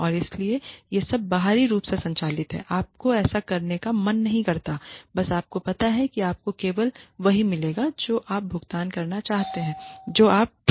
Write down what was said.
और इसलिए यह सब बाहरी रूप से संचालित है आपको ऐसा करने का मन नहीं करता है बस आपको पता है कि आपको केवल वही मिलेगा जो आप भुगतान करना चाहते हैं जो आप ठीक नहीं करना चाहते हैं